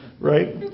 right